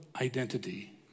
identity